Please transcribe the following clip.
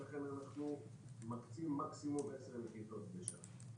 ולכן אנחנו מקצים מקסימום עשר נחיתות בשעה.